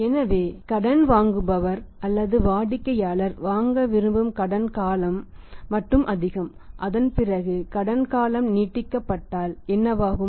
எனவே கடன் வாங்குபவர் அல்லது வாடிக்கையாளர் வாங்க விரும்பும் கடன் காலம் மட்டும் அதிகம் அதன்பிறகு கடன் காலம் நீட்டிக்கப்பட்டால் என்னவாகும்